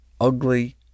ugly